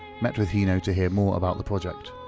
met with hino to hear more about the project.